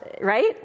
right